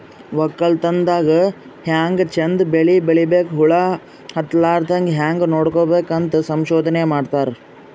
ವಕ್ಕಲತನ್ ದಾಗ್ ಹ್ಯಾಂಗ್ ಚಂದ್ ಬೆಳಿ ಬೆಳಿಬೇಕ್, ಹುಳ ಹತ್ತಲಾರದಂಗ್ ಹ್ಯಾಂಗ್ ನೋಡ್ಕೋಬೇಕ್ ಅಂತ್ ಸಂಶೋಧನೆ ಮಾಡ್ತಾರ್